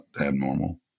abnormal